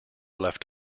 left